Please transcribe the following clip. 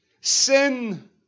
Sin